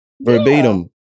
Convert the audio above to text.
verbatim